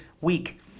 week